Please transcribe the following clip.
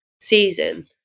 season